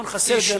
בואו נחסל,